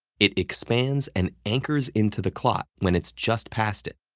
it expands and anchors into the clot when it's just past it.